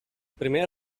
primers